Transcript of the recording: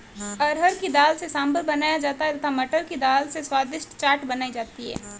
अरहर की दाल से सांभर बनाया जाता है तथा मटर की दाल से स्वादिष्ट चाट बनाई जाती है